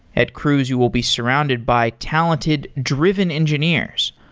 at cruise, you will be surrounded by talented, driven engineers,